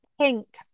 pink